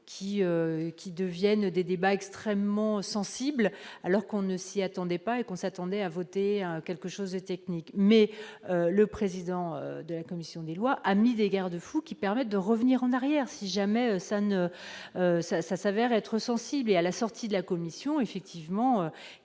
qui deviennent des débats extrêmement sensible, alors qu'on ne s'y attendait pas et qu'on s'attendait à voter quelque chose et technique, mais le président de la commission des lois a mis des garde-fous qui permettent de revenir en arrière si jamais ça ne ça ça s'avère être sensible à la sortie de la commission, effectivement,